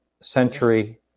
century